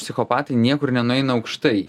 psichopatai niekur nenueina aukštai